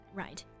right